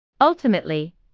Ultimately